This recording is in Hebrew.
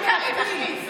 מישהו שקריב הכניס.